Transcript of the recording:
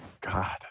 God